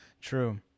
True